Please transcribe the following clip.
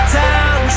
down